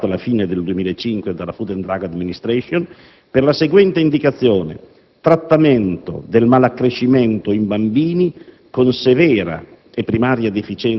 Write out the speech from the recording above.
È stato registrato alla fine del 2005 dalla *Food and Drug Administration* (FDA), per la seguente indicazione: «Trattamento del malaccrescimento in bambini con severa